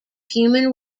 human